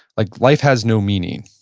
like life has no meaning.